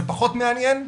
זה פחות מעניין?